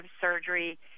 surgery